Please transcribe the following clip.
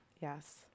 Yes